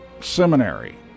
seminary